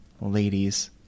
ladies